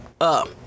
up